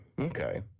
Okay